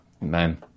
man